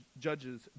judges